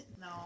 No